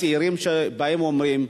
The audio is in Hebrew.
הצעירים שבאים ואומרים,